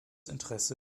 interesse